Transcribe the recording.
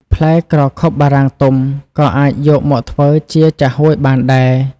ផ្លែក្រខុបបារាំងទុំក៏អាចយកមកធ្វើជាចាហួយបានដែរ។